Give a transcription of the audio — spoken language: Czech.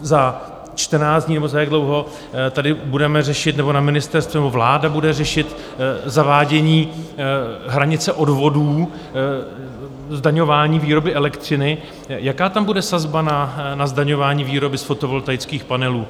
Za čtrnáct dní nebo za jak dlouho tady budeme řešit, nebo ministerstvo nebo vláda bude řešit, zavádění hranice odvodů zdaňování výroby elektřiny, jaká tam bude sazba na zdaňování výroby z fotovoltaických panelů.